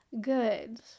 good